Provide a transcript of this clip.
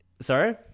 Sorry